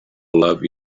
olaf